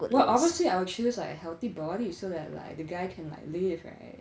well obviously I will choose a healthy body so that like the guy can like live right